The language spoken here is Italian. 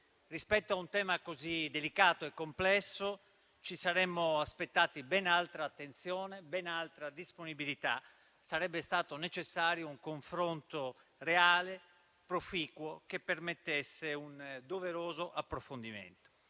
Rispetto a un tema così delicato e complesso ci saremmo aspettati ben altra attenzione, ben altra disponibilità. Sarebbe stato necessario un confronto reale e proficuo, che permettesse un doveroso approfondimento.